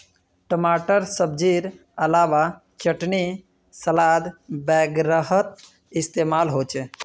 टमाटर सब्जिर अलावा चटनी सलाद वगैरहत इस्तेमाल होचे